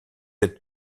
êtes